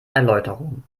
erläuterung